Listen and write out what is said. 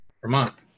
Vermont